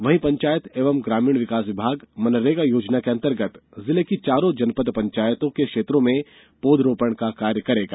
वहीं पंचायत एवं ग्रामीण विकास विभाग मनरेगा योजना के अंतर्गत जिले की चारों जनपद पंचायतों के क्षेत्रों में पौधारोपण का कार्य करेगा